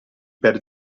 per